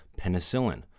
penicillin